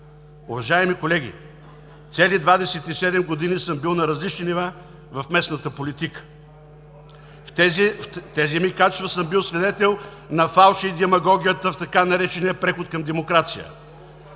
Уважаеми колеги, цели двадесет и седем години съм бил на различни нива в местната политика. В тези ми качества съм бил свидетел на фалша и демагогията в така наречения „преход към демокрация“.